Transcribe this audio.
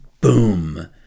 boom